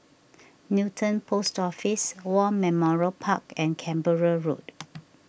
Newton Post Office War Memorial Park and Canberra Road